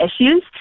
issues